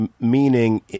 meaning